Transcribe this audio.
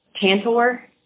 Tantor